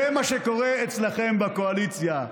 זה מה שקורה אצלכם בקואליציה.